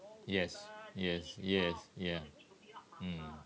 yes yes yes ya mm